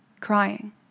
crying